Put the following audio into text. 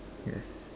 yes